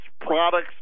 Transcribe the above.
products